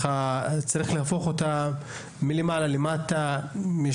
צריך להפוך אותה מלמעלה למטה ולעשות שינוי.